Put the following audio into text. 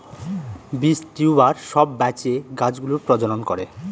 বীজ, টিউবার সব বাঁচিয়ে গাছ গুলোর প্রজনন করে